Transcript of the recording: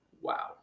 wow